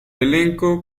elenco